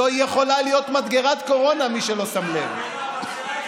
זו יכולה להיות מדגרת קורונה, מי ששם לב.